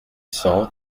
cent